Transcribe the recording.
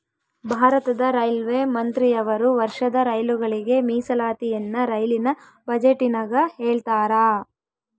ಭಾರತದ ರೈಲ್ವೆ ಮಂತ್ರಿಯವರು ವರ್ಷದ ರೈಲುಗಳಿಗೆ ಮೀಸಲಾತಿಯನ್ನ ರೈಲಿನ ಬಜೆಟಿನಗ ಹೇಳ್ತಾರಾ